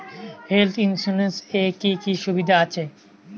Health insurance এ কি কি সুবিধা আছে?